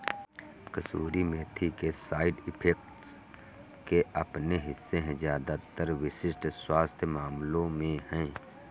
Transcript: कसूरी मेथी के side effects के अपने हिस्से है ज्यादातर विशिष्ट स्वास्थ्य मामलों में है